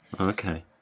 okay